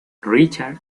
richards